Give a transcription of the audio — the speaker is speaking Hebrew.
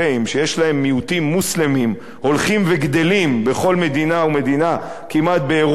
שיש להם מיעוטים מוסלמיים הולכים וגדלים כמעט בכל מדינה ומדינה באירופה,